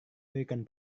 berikan